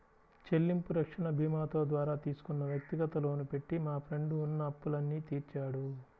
చెల్లింపు రక్షణ భీమాతో ద్వారా తీసుకున్న వ్యక్తిగత లోను పెట్టి మా ఫ్రెండు ఉన్న అప్పులన్నీ తీర్చాడు